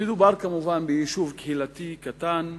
מדובר, כמובן, ביישוב קהילתי קטן,